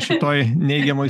šitoj neigiamoj